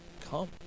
come